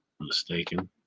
mistaken